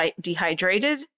dehydrated